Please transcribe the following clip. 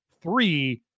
three